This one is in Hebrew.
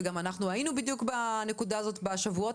אנחנו היינו בדיוק בנקודה הזאת בשבועות